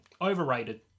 Overrated